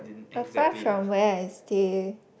apart from where I stay